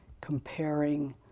comparing